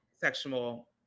sexual